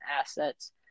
assets